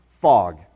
fog